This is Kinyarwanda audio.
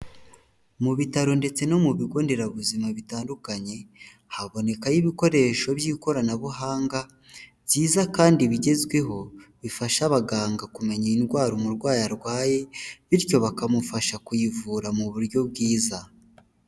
Mu bitaro ndetse no mu bigo nderabuzima bitandukanye habonekayo ibikoresho by'ikoranabuhanga, byiza kandi bigezweho bifasha abaganga kumenya indwara umurwayi arwaye, bityo bakamufasha kuyivura mu buryo bwiza.